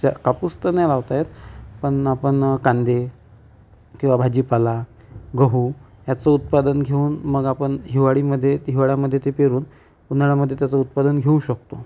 च्या कापूस तर नाही लावता येत पण आपण कांदे किंवा भाजीपाला गहू याचं उत्पादन घेऊन मग आपण हिवाळीमध्ये हिवाळ्यामध्ये ते पेरून उन्हाळ्यामध्ये त्याचं उत्पादन घेऊ शकतो